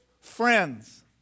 friends